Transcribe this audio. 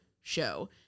show